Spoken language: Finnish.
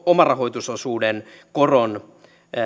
omarahoitusosuuden koron